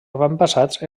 avantpassats